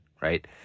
right